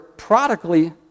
prodigally